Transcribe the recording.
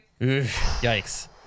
Yikes